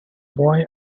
boy